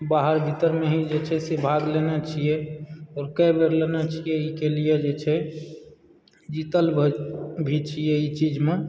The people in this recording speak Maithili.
बाहर भीतरमे ही जे छै से भाग लेनय छियै आओर कै बेर लेनय छियै ईके लिअ जे छै जीतल भी छियै ई चीजमऽ